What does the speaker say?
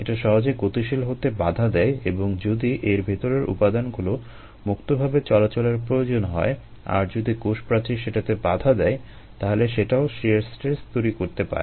এটা সহজে গতিশীল হতে বাধা দেয় এবং যদি এর ভেতরের উপাদানগুলো মুক্তভাবে চলাচলের প্রয়োজন হয় আর যদি কোষপ্রাচীর সেটাতে বাধা দেয় তাহলে সেটাও শিয়ার স্ট্রেস তৈরি করতে পারে